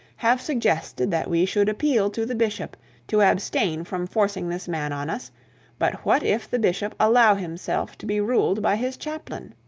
have suggested that we should appeal to the bishop to abstain from forcing this man on us but what if the bishop allow himself to be ruled by his chaplain?